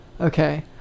Okay